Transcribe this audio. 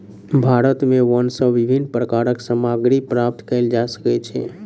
भारत में वन सॅ विभिन्न प्रकारक सामग्री प्राप्त कयल जा सकै छै